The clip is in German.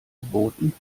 geboten